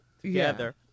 together